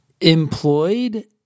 Employed